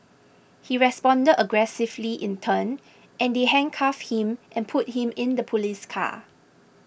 he responded aggressively in turn and they handcuffed him and put him in the police car